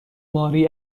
ماری